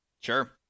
Sure